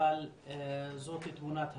אבל זאת תמונת המצב.